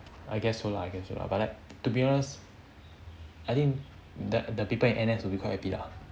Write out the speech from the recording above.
I guess so lah I guess so lah but like to be honest I think the the people in N_S will be quite happy lah